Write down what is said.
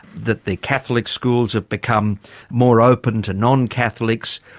that the catholic schools have become more open to non-catholics,